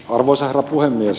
arvoisa herra puhemies